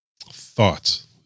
Thoughts